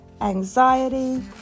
anxiety